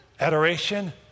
adoration